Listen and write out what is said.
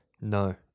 No